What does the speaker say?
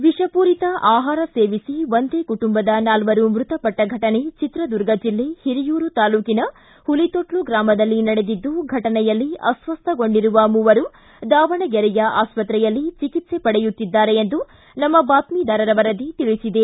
ವಿಷಪೂರಿತ ಆಹಾರ ಸೇವಿಸಿ ಒಂದೇ ಕುಟುಂಬದ ನಾಲ್ವರು ಮೃತಪಟ್ಟ ಘಟನೆ ಚಿತ್ರದುರ್ಗ ಜಿಲ್ಲೆ ಹಿರಿಯೂರು ತಾಲ್ಲೂಟಿನ ಹುಲಿತೊಟ್ಲು ಗ್ರಾಮದಲ್ಲಿ ನಡೆದಿದ್ದು ಘಟನೆಯಲ್ಲಿ ಅಸ್ವಸ್ಥಗೊಂಡಿರುವ ಮೂವರು ದಾವಣಗೆರೆಯ ಆಸ್ಪತ್ರೆಯಲ್ಲಿ ಚಿಕಿತ್ಸೆ ಪಡೆಯುತ್ತಿದ್ದಾರೆ ಎಂದು ಬಾತ್ಗಿದಾರರ ವರದಿ ತಿಳಿಸಿದೆ